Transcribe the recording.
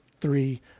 three